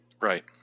right